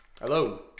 Hello